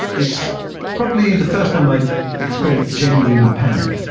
it's probably the first time i've experienced genuine panic.